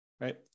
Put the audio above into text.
right